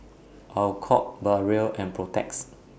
Alcott Barrel and Protex